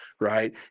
right